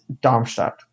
Darmstadt